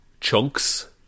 chunks